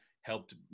helped